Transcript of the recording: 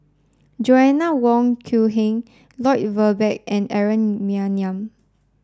Joanna Wong Quee Heng Lloyd Valberg and Aaron Maniam